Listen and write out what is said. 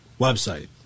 website